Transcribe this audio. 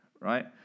right